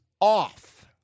off